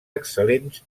excel·lents